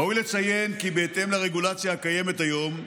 ראוי לציין כי בהתאם לרגולציה הקיימת היום,